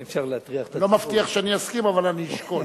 אני לא מבטיח שאני אסכים, אבל אני אשקול.